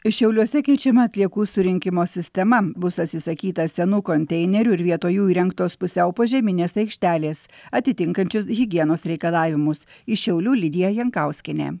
šiauliuose keičiama atliekų surinkimo sistema bus atsisakyta senų konteinerių ir vietoj jų įrengtos pusiau požeminės aikštelės atitinkančios higienos reikalavimus iš šiaulių lidija jankauskienė